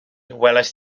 welaist